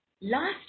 Last